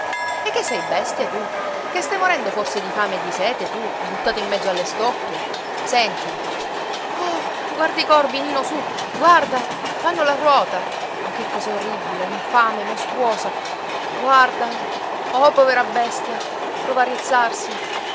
e che sei bestia tu che stai morendo forse di fame e di sete tu buttato in mezzo alle stoppie senti oh guarda i corvi nino su guarda fanno la ruota oh che cosa orribile infame mostruosa guarda oh povera bestia prova a rizzarsi